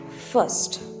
First